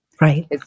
Right